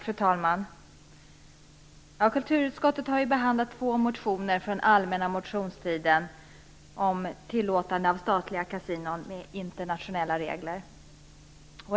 Fru talman! Kulturutskottet har behandlat två motioner från allmänna motionstiden om tillåtande av statliga kasinon med internationella regler.